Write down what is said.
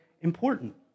important